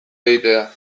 egitea